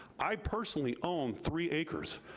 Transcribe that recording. i personally own three acres.